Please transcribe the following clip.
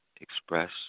express